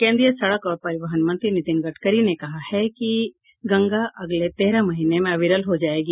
केंद्रीय सड़क और परिवहन मंत्री नितिन गडकरी ने कहा है कि गंगा अगले तेरह महीने में अविरल हो जायेगी